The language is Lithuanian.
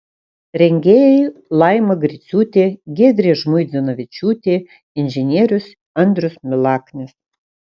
rengėjai laima griciūtė giedrė žmuidzinavičiūtė inžinierius andrius milaknis